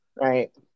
Right